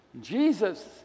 Jesus